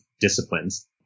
disciplines